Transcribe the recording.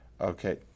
Okay